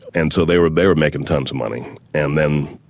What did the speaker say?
and so they were they were making tons of money. and then,